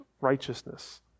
righteousness